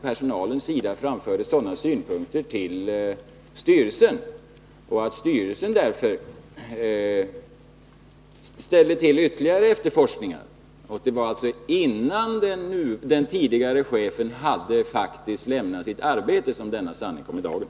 Personalen framförde därför sina synpunkter till styrelsen, och styrelsen ställde till ytterligare efterforskningar. Det var alltså innan den tidigare chefen hade lämnat sitt arbete som sanningen kom i dagen.